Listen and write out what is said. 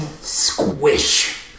Squish